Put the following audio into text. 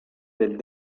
del